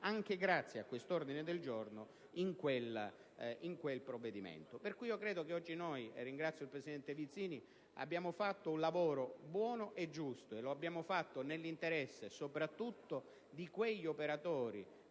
anche grazie a questo ordine del giorno, in quel provvedimento. Pertanto, credo che oggi noi - e ringrazio il presidente Vizzini - abbiamo fatto un lavoro buono e giusto, e lo abbiamo fatto nell'interesse soprattutto di quegli operatori